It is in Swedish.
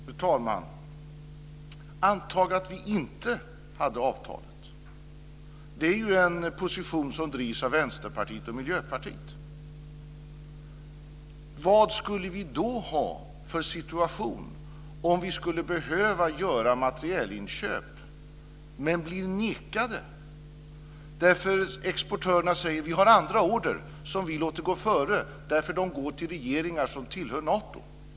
Fru talman! Anta att vi inte hade avtalet. Det är ju en position som drivs av Vänsterpartiet och Miljöpartiet. Vad skulle vi då ha för situation om vi skulle behöva göra materielinköp men blev nekade därför att exportörerna skulle säga att de har andra order som de låter gå före, därför att de går till regeringar som tillhör Nato t.ex.?